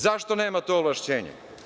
Zašto nema to ovlašćenje?